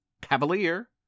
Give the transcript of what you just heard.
Cavalier